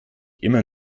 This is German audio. immer